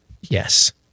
yes